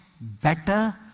Better